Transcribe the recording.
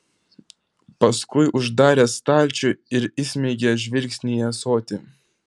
paskui uždarė stalčių ir įsmeigė žvilgsnį į ąsotį